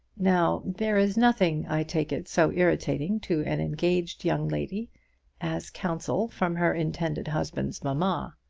now there is nothing, i take it, so irritating to an engaged young lady as counsel from her intended husband's mamma.